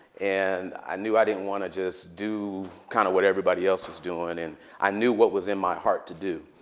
and i knew i didn't want to just do kind of what everybody else was doing. and i knew what was in my heart to do.